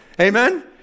Amen